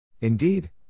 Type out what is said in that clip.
Indeed